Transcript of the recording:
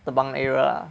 the bunk area lah